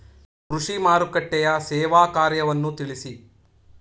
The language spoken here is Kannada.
ಕೃಷಿ ಮಾರುಕಟ್ಟೆಯ ಸೇವಾ ಕಾರ್ಯವನ್ನು ತಿಳಿಸಿ?